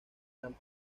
eran